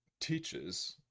teaches